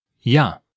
Ja